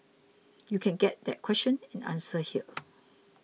you can get the question and answer here